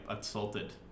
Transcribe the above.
assaulted